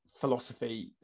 philosophy